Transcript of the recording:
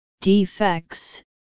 defects